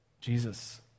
Jesus